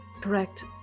correct